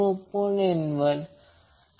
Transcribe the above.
तर ही दोन समीकरणे जोडा